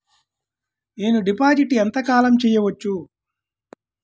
నేను డిపాజిట్ ఎంత కాలం చెయ్యవచ్చు?